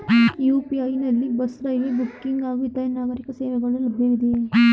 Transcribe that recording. UPI ನಲ್ಲಿ bus, railway booking ಹಾಗೂ ಇತರೆ ನಾಗರೀಕ ಸೇವೆಗಳು ಲಭ್ಯವಿದೆಯೇ?